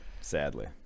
sadly